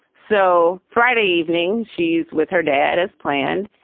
so friday evening. she's with her dad as planned,